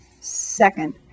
second